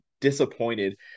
disappointed